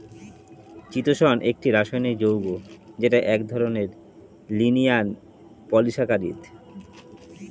চিতোষণ একটি রাসায়নিক যৌগ যেটা এক ধরনের লিনিয়ার পলিসাকারীদ